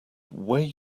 way